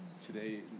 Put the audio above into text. today